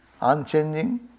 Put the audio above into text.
unchanging